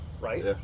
right